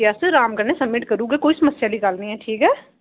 अस राम कन्नै सब्मिट करी ओड़गे कोई समस्या आह्ली गल्ल निं ऐ ठीक ऐ